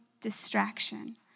distraction